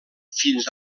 fins